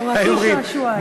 תורתי שעשועי.